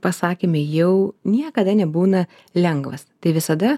pasakėme jau niekada nebūna lengvas tai visada